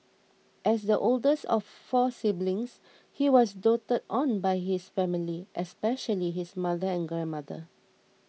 as the oldest of four siblings he was doted on by his family especially his mother and grandmother